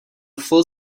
full